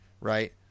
right